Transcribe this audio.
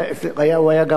הוא היה גם,